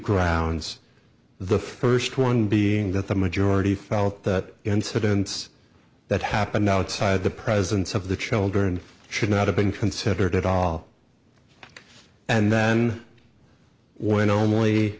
grounds the first one being that the majority felt that incidents that happen outside the presence of the children should not have been considered at all and then when only